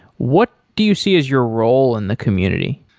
what do you see is your role in the community?